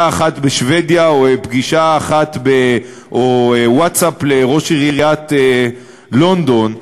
אחת בשבדיה או ווטסאפ לראש עיריית לונדון,